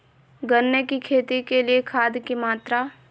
गन्ने की खेती के लिए खाद की मात्रा?